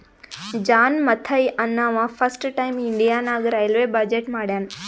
John Mathai ಅಂನವಾ first time India ನಾಗ್ railway budget ಮಾಡ್ಯಾನ್